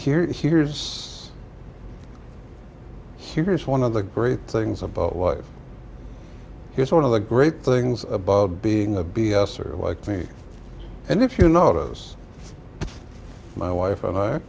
here here's here's one of the great things about life here's one of the great things about being a b s or like me and if you notice my wife and i